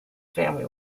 family